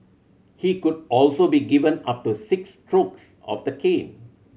he could also be given up to six strokes of the cane